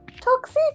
toxic